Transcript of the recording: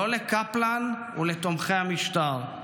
/ לא לקפלן / ולתומכי המשטר //